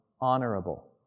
honorable